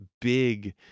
big